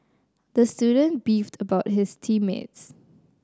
the student beefed about his team mates